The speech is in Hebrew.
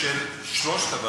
העבודה,